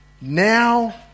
now